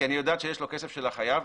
כי אני יודעת שיש לו כסף של החייב,